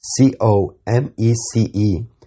COMECE